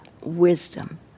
wisdom